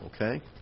Okay